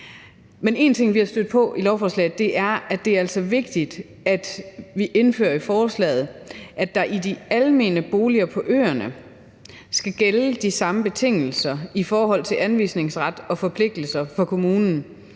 Men en ting, vi er stødt på i lovforslaget, er, at det altså er vigtigt, at vi i forslaget indfører, at der i de almene boliger på øerne skal gælde de samme betingelser i forhold til anvisningsret og forpligtelser for kommunen,